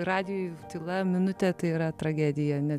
radijuje tyla minutę tai yra tragedija nes